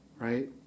right